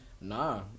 Nah